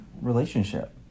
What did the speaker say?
relationship